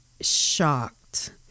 shocked